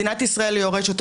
או אם מדינת ישראל היא היורשת,